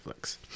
Netflix